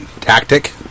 tactic